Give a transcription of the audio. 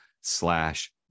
slash